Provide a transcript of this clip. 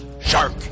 Shark